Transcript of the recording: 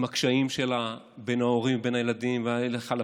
הקשיים שלה בין ההורים לבין הילדים והילדה הלכה לפסיכולוג.